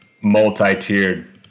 multi-tiered